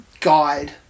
guide